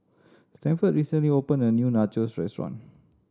Stafford recently opened a new Nachos Restaurant